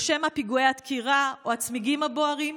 או שמא פיגועי הדקירה או הצמיגים הבוערים?